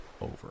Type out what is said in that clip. over